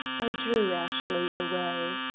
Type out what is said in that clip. i drew ashley away.